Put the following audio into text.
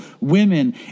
women